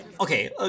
Okay